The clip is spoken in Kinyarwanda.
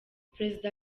perezida